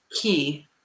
key